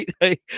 right